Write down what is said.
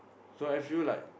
so I feel like